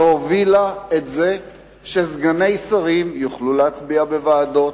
שהובילה את זה שסגני שרים יוכלו להצביע בוועדות,